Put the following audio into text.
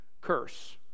curse